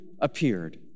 appeared